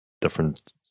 different